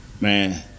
man